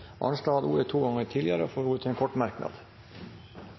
Arnstad har hatt ordet to ganger tidligere og får ordet til en kort merknad,